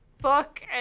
book